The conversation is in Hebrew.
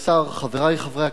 חברי חברי הכנסת,